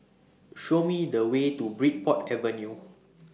Show Me The Way to Bridport Avenue